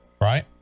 Right